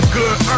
good